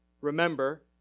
remember